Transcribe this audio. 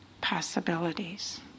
possibilities